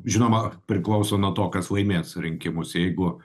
žinoma priklauso nuo to kas laimės rinkimus jeigu